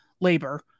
labor